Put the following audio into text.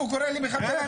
הוא קורא לי מחבל.